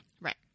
right